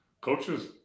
coaches